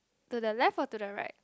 to the left or to the right